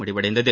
முடிவடைந்தது